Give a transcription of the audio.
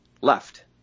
left